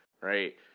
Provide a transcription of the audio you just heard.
right